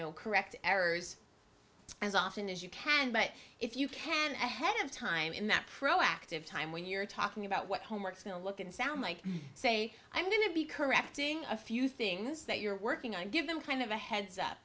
correct errors as often as you can but if you can i have time in that proactive time when you're talking about what homeworks will look and sound like say i'm going to be correcting a few things that you're working on give them kind of a heads up